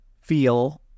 feel